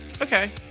Okay